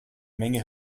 menge